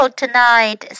tonight